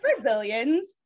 Brazilians